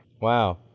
Wow